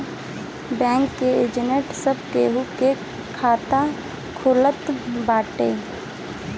bank के agent सब केहू के खाता खोलत बाटे